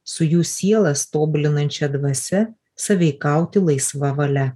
su jų sielas tobulinančia dvasia sąveikauti laisva valia